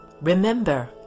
Remember